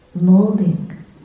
molding